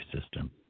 system